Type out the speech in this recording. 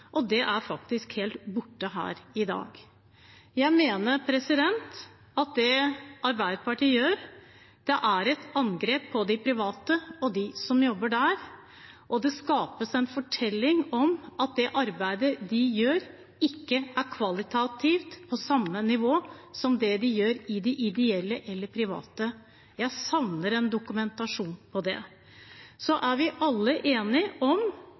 Det er faktisk helt borte her i dag. Jeg mener at det Arbeiderpartiet gjør, er et angrep på de private og dem som jobber der, og det skapes en fortelling om at det arbeidet de gjør, ikke er kvalitativt på samme nivå som det de gjør i det ideelle eller offentlige. Jeg savner en dokumentasjon på det. Vi er alle enige om